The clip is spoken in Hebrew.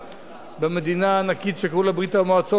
במדינה הענקית שקראו לה ברית-המועצות,